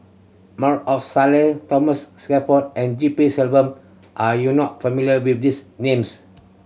More Thomas and D P Selvam are you not familiar with these names